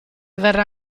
verrà